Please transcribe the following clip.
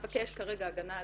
ההצעה שלנו,